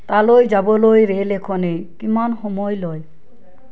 তালৈ যাবলৈ ৰেল এখনে কিমান সময় লয়